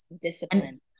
discipline